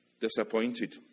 disappointed